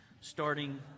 starting